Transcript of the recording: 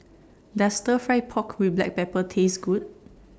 Does Stir Fry Pork with Black Pepper Taste Good